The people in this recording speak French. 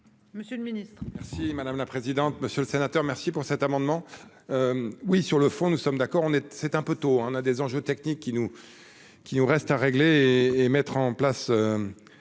Monsieur le ministre,